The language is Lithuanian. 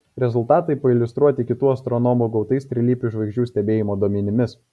rezultatai pailiustruoti kitų astronomų gautais trilypių žvaigždžių stebėjimo duomenimis